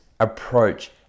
approach